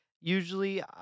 usually